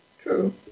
true